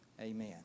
Amen